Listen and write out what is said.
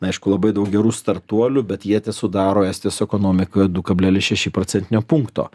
aišku labai daug gerų startuolių bet jie tesudaro estijos ekonomikoje du kablelis šeši procentinio punkto